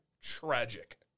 tragic